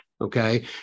Okay